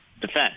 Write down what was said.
defense